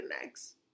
next